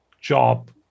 job